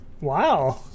Wow